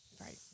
Right